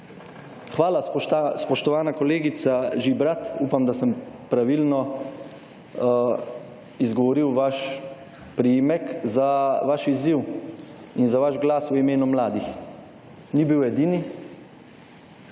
Hvala, spoštovana kolegica Žibrat, upam, da sem pravilno izgovoril vaš priimek, za vaš izziv in za vaš glas v imenu mladih. Ni bil edini.